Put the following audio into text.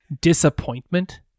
Disappointment